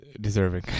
deserving